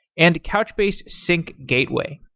and couchbase sync gateway.